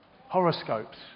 horoscopes